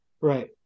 Right